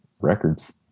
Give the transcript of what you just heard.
records